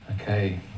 Okay